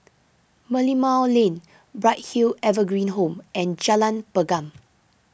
Merlimau Lane Bright Hill Evergreen Home and Jalan Pergam